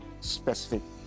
specific